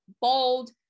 bold